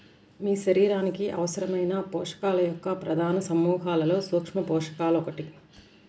మీ శరీరానికి అవసరమైన పోషకాల యొక్క ప్రధాన సమూహాలలో సూక్ష్మపోషకాలు ఒకటి